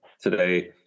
today